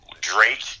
Drake